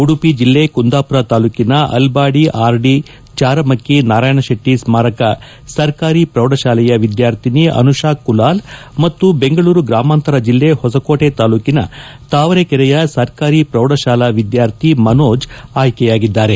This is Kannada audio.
ಉಡುಪಿ ಜಲ್ಲೆ ಕುಂದಾಪುರ ತಾಲೂಕಿನ ಅಲ್ಲಾಡಿ ಆರ್ಡಿ ಚಾರಮಕ್ಕಿ ನಾರಾಯಣಶೆಟ್ಟಿ ಸ್ನಾರಕ ಸರಕಾರಿ ಪ್ರೌಢಶಾಲೆಯ ವಿದ್ಯಾರ್ಥಿನಿ ಅನುಷಾ ಕುಲಾಲ್ ಮತ್ತು ಬೆಂಗಳೂರು ಗ್ರಾಮಾಂತರ ಜಿಲ್ಲ ಹೊಸಕೋಟೆ ತಾಲ್ಲೂಕಿನ ತಾವರೆಕೆರೆಯ ಸರ್ಕಾರಿ ಪ್ರೌಢಶಾಲಾ ವಿದ್ಯಾರ್ಥಿ ಮನೋಜ್ ಅಯ್ಲೆಯಾಗಿದ್ದಾರೆ